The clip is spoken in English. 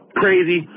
crazy